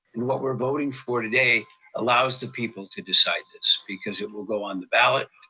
and what we're voting for today allows the people to decide this, because it will go on the ballot,